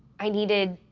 i needed,